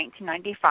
1995